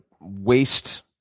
waste